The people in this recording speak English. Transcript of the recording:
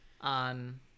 on